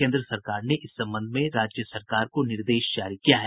केन्द्र सरकार ने इस संबंध में राज्य सरकार को निर्देश जारी किया है